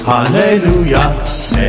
Hallelujah